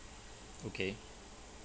okay